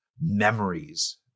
memories